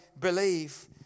believe